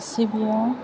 सिबियो